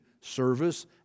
service